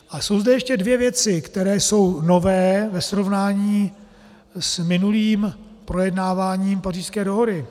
A jsou zde ještě dvě věci, které jsou nové ve srovnání s minulým projednáváním Pařížské dohody.